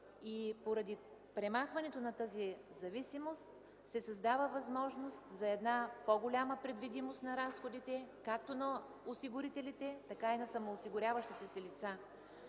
и поради премахването на тази зависимост се създава възможност за една по-голяма предвидимост на разходите както на осигурителите, така и на самоосигуряващите се лица.